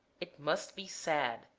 it must be said